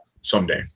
someday